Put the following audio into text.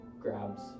grabs